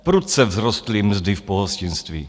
Prudce vzrostly mzdy v pohostinství.